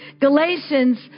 galatians